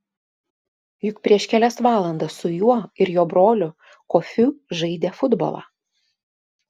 juk prieš kelias valandas su juo ir jo broliu kofiu žaidė futbolą